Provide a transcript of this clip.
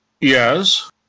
Yes